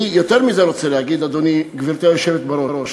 אני יותר מזה רוצה להגיד, גברתי היושבת בראש,